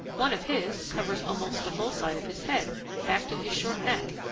one of his covers almost the whole side of his head back to his short neck,